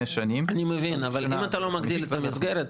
שנים --- אני מבין אבל אם אתה לא מגדיל את המסגרת,